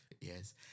Yes